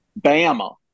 Bama